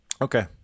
Okay